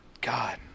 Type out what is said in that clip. God